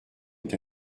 est